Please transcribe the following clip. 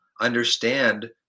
understand